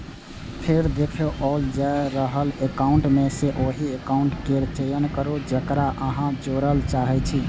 फेर देखाओल जा रहल एकाउंट मे सं ओहि एकाउंट केर चयन करू, जेकरा अहां जोड़य चाहै छी